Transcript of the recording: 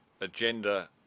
agenda